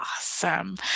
awesome